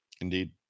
Indeed